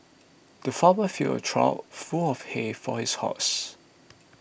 the farmer filled a trough full of hay for his horses